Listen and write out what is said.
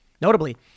Notably